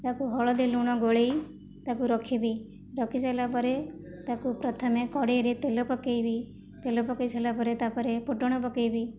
ତାକୁ ହଳଦୀ ଲୁଣ ଗୋଳାଇ ତାକୁ ରଖିବି ରଖି ସାରିଲା ପରେ ତାକୁ ପ୍ରଥମେ କଡ଼ାଇରେ ତେଲ ପକାଇବି ତେଲ ପକାଇ ସାରିଲା ପରେ ତା ପରେ ଫୁଟଣ ପକାଇବି